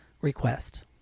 request